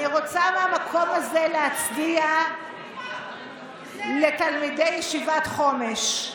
להצדיע לתלמידי ישיבת חומש,